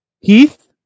Heath